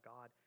God